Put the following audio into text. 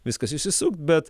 viskas išsisukt bet